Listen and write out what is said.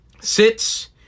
sits